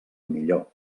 millor